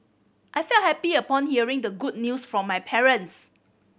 I felt happy upon hearing the good news from my parents